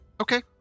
Okay